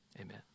Amen